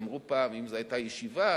אמרו פעם: אם זו היתה ישיבה,